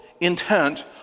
intent